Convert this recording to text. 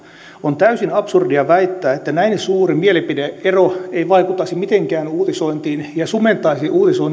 on täysin absurdia väittää että näin suuri mielipide ero ei vaikuttaisi mitenkään uutisointiin ja sumentaisi uutisoinnin